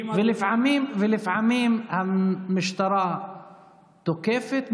ולפעמים המשטרה תוקפת,